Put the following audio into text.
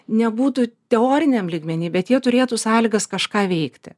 nebūtų teoriniam lygmeny bet jie turėtų sąlygas kažką veikti